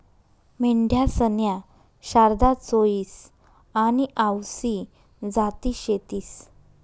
मेंढ्यासन्या शारदा, चोईस आनी आवसी जाती शेतीस